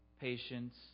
patience